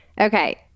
Okay